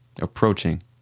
approaching